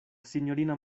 sinjorina